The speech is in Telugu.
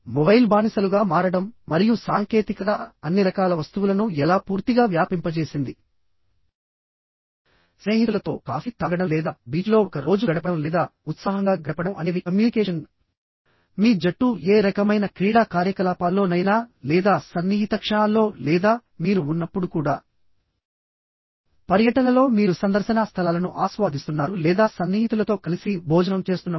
మొబైల్ బానిసలుగా మారడం మరియు సాంకేతికత అన్ని రకాల వస్తువులను ఎలా పూర్తిగా వ్యాపింపజేసింది స్నేహితులతో కాఫీ తాగడం లేదా బీచ్ లో ఒక రోజు గడపడం లేదా ఉత్సాహంగా గడపడం అనేవి కమ్యూనికేషన్ మీ జట్టు ఏ రకమైన క్రీడా కార్యకలాపాల్లోనైనా లేదా సన్నిహిత క్షణాల్లో లేదా మీరు ఉన్నప్పుడు కూడా పర్యటనలో మీరు సందర్శనా స్థలాలను ఆస్వాదిస్తున్నారు లేదా సన్నిహితులతో కలిసి భోజనం చేస్తున్నప్పుడు